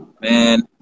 man